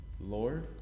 Lord